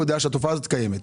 שהתופעה הזאת קיימת.